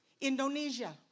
Indonesia